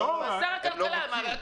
ופחות משפחות יקבלו.